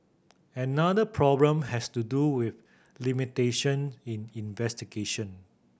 another problem has to do with limitation in investigation